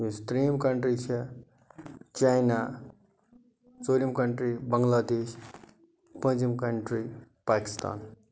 یُس ترٛیٚیِم کَنٛٹری چھےٚ چاینا ژوٗرِم کَنٛٹری بَنٛگلہٕ دیش پٲنٛژِم کَنٛٹری پاکِستان